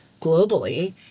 globally